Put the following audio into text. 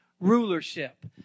rulership